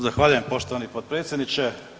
Zahvaljujem poštovani potpredsjedniče.